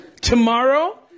Tomorrow